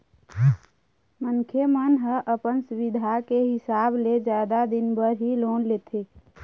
मनखे मन ह अपन सुबिधा के हिसाब ले जादा दिन बर ही लोन लेथे